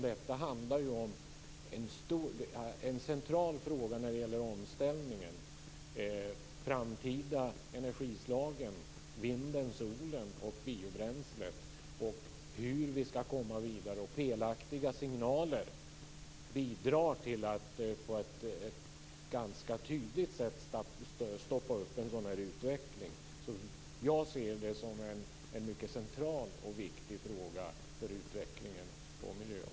Det är en central fråga i den fortsatta omställningen till framtida energislag, vinden, solen och biobränslet. Felaktiga signaler kan ganska tydligt bidra till att stoppa en sådan utveckling. Jag ser biobränslet som en mycket central och viktig fråga för utvecklingen på miljöområdet.